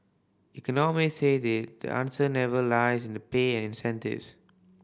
economists say the the answer never lies in the pay and incentives